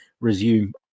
resume